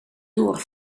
door